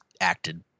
acted